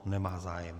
Nemá zájem.